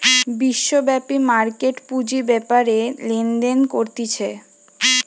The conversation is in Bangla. বিশ্বব্যাপী মার্কেট পুঁজি বেপারে লেনদেন করতিছে